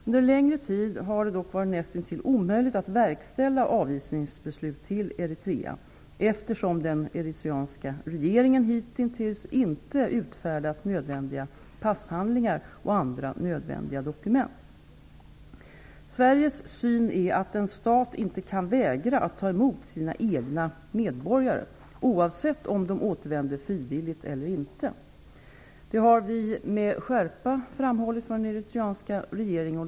Under en längre tid har det dock varit nästintill omöjligt att verkställa beslut om avvisning till Eritrea, eftersom den eritreanska regeringen hitintills inte utfärdat nödvändiga passhandlingar och andra nödvändiga dokument. Sveriges syn är att en stat inte kan vägra att ta emot sina egna medborgare -- oavsett om de återvänder frivilligt eller inte. Det har vi med skärpa framhållit för den eritreanska regeringen.